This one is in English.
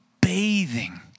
bathing